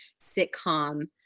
sitcom